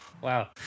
Wow